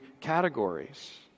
categories